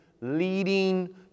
leading